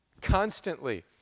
constantly